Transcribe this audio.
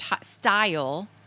style